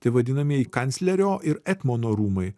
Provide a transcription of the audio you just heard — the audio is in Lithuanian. tai vadinamieji kanclerio ir etmono rūmai